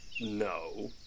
No